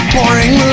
Boring